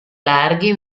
larghi